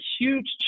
huge